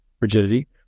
rigidity